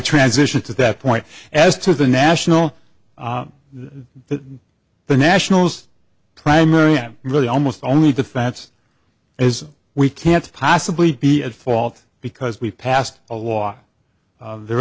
transition to that point as to the national then the nationals primary that really almost only defense is we can't possibly be at fault because we passed a law there are